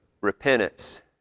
repentance